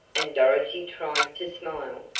and dorothy tried to smile.